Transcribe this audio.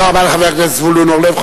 תודה רבה לחבר הכנסת זבולון אורלב.